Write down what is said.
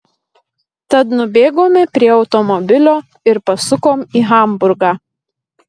tad nubėgome prie automobilio ir pasukom į hamburgą